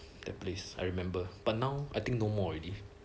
the place I remember but now I think no more already